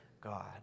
God